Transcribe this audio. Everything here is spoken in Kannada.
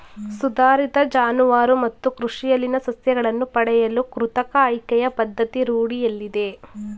ಸುಧಾರಿತ ಜಾನುವಾರು ಮತ್ತು ಕೃಷಿಯಲ್ಲಿನ ಸಸ್ಯಗಳನ್ನು ಪಡೆಯಲು ಕೃತಕ ಆಯ್ಕೆಯ ಪದ್ಧತಿ ರೂಢಿಯಲ್ಲಿದೆ